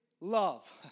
love